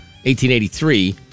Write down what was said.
1883